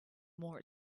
more